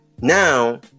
now